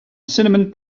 cinnamon